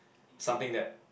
something that